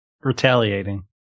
Retaliating